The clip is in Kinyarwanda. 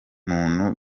muntu